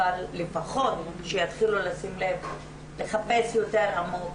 אבל לפחות שיתחילו לשים לב לחפש יותר עמוק,